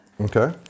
Okay